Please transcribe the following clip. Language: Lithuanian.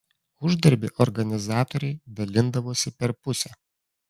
uždarbį organizatoriai dalindavosi per pusę